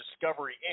Discovery